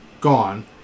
gone